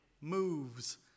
moves